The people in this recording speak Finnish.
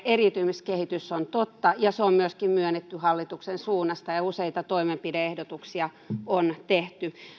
eriytymiskehitys on totta ja se on myöskin myönnetty hallituksen suunnasta ja useita toimenpide ehdotuksia on tehty